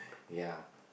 ya